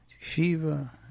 Shiva